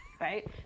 right